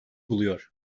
buluyor